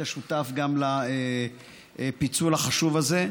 היית שותף גם לפיצול החשוב הזה.